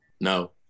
No